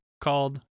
called